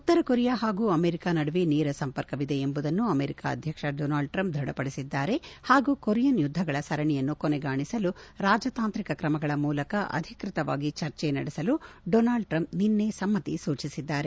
ಉತ್ತರ ಕೊರಿಯಾ ಹಾಗೂ ಅಮೆರಿಕ ನಡುವೆ ನೇರ ಸಂಪರ್ಕವಿದೆ ಎಂಬುದನ್ನು ಅಮೆರಿಕ ಅಧ್ಯಕ್ಷ ಡೊನಾಲ್ಡ್ ಟ್ರಂಪ್ ದೃಢಪಡಿಸಿದ್ದಾರೆ ಹಾಗೂ ಕೊರಿಯನ್ ಯುದ್ದಗಳ ಸರಣಿಯನ್ನು ಕೊನೆಗಾಣಿಸಲು ರಾಜತಾಂತ್ರಿಕ ಕ್ರಮಗಳ ಮೂಲಕ ಅಧಿಕೃತವಾಗಿ ಚರ್ಚೆ ನಡೆಸಲು ಡೊನಾಲ್ಡ್ ಟ್ರಂಪ್ ನಿನ್ನೆ ಸಮ್ಮತಿ ಸೂಚಿಸಿದ್ದಾರೆ